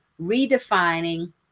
redefining